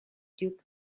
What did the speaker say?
duke